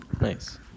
Nice